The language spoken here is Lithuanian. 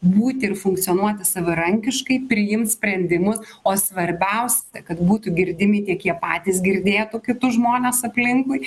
būti ir funkcionuoti savarankiškai priims sprendimus o svarbiausia kad būtų girdimi tik jie patys girdėtų kitus žmones aplinkui